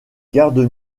gardes